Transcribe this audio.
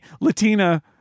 latina